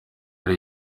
ari